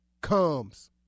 comes